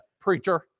preacher